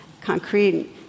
concrete